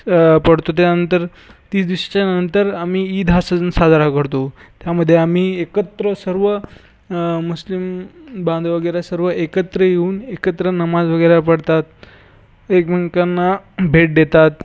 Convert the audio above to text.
पढतो त्यानंतर तीस दिवसाच्यानंतर आम्ही ईद हा सण साजरा करतो त्यामध्ये आम्ही एकत्र सर्व मुस्लिम बांधव वगैरे सर्व एकत्र येऊन एकत्र नमाज वगैरे पढतात एकमेकांना भेट देतात